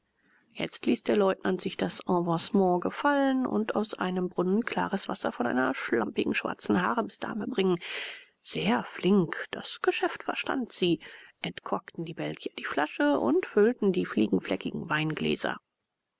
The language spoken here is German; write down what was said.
jetzt ließ der leutnant sich das avancement gefallen und aus einem brunnen klares wasser von einer schlampigen schwarzen haremsdame bringen sehr flink das geschäft verstanden sie entkorkten die belgier die flasche und füllten die fliegenfleckigen weingläser